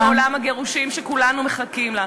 בעולם הגירושים, שכולנו מחכים לה.